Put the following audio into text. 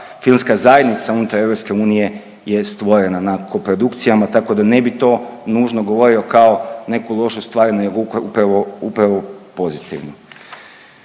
filmska zajednica unutar EU je stvorena na koprodukcijama, tako da ne bi to nužno govorio kao neku lošu stvar nego upravo pozitivnu.